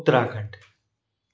Uttarakhand